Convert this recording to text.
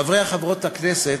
חברי וחברות הכנסת,